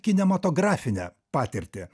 kinematografine patirtį